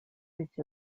each